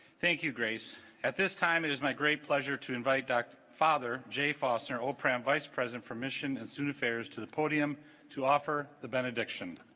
thank you grace at this time it is my great pleasure to invite dr. father j foster oprah a vice president permission and soon affairs to the podium to offer the benediction